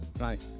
Right